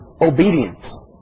obedience